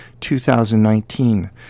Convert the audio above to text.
2019